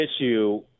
issue